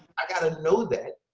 i got to know that.